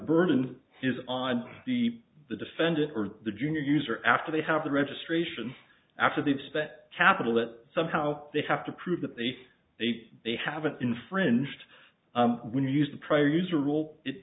burden is on the the defendant or the junior user after they have the registration after they've spent capital that somehow they have to prove that they they they haven't infringed when you used the prior user